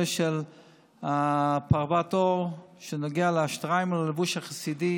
של פרוות עור שנוגע לשטריימל הלבוש החסידי